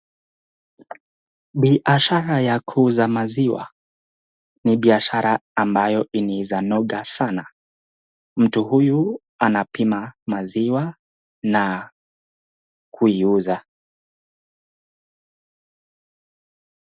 Biashara ya kuuza maziwa ni biashara ambayo inawezanoga sana. Mtu huyu anapima maziwa na kuiuza.